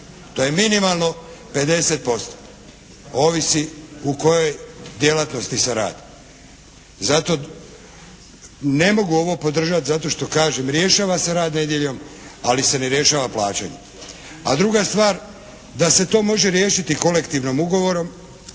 To je minimalno 50%. Ovisi o kojoj djelatnosti se radi. Zato ne mogu ovo podržati zato kažem rješava se rad nedjeljom, ali se ne rješava plaćanjem. A druga stvar, da se to može riješiti kolektivnim ugovorom